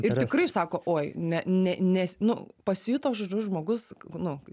ir tikrai sako oi ne ne ne nu pasijuto žodžiu žmogus nu